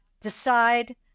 decide